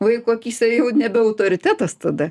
vaiko akyse jau nebe autoritetas tada